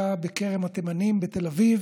היה בכרם התימנים בתל אביב,